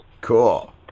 Cool